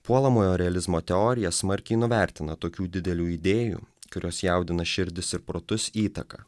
puolamojo realizmo teorija smarkiai nuvertina tokių didelių idėjų kurios jaudina širdis ir protus įtaką